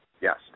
Yes